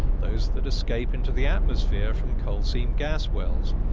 those that escape into the atmosphere from coal seam gas wells.